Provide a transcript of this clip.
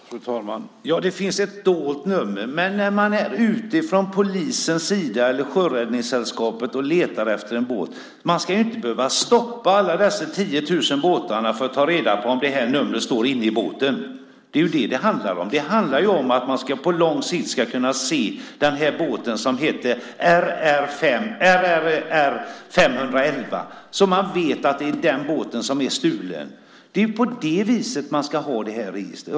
Fru talman! Det finns ett dolt nummer. När man från polisens eller Sjöräddningssällskapets sida är ute och letar efter en båt ska man inte behöva stoppa alla dessa 10 000 båtar för att ta reda på om numret står på båten. Det är det det handlar om. Det handlar om att man ska kunna se båten som heter RRR511 och som man vet är stulen. Det är på det viset man ska använda registret.